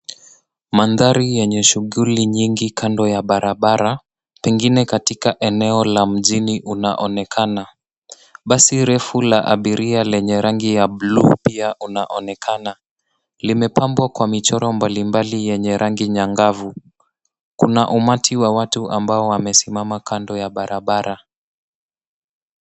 Mandhari yenye shughuli nyingi kando ya barabara, pengine katika eneo la mjini unaonekana. Basi refu la abiria lenye rangi ya blue pia unaonekana. Limepambwa kwa michoro mbali mbali yenye rangi nyangavu. Kuna umati wa watu ambao wamesimama kando ya barabara.